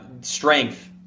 strength